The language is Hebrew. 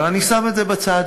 אבל אני שם את זה בצד,